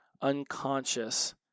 unconscious